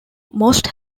most